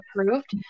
approved